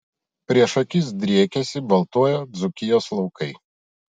prieš akis driekėsi baltuoją dzūkijos laukai